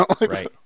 right